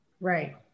Right